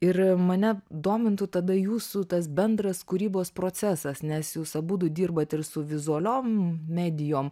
ir mane domintų tada jūsų tas bendras kūrybos procesas nes jūs abudu dirbat ir su vizualiom medijom